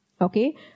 okay